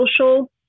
social